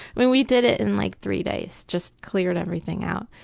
i mean we did it in like three days, just cleared everything out.